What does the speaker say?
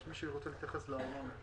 יש מישהו שרוצה להתייחס לארנונה.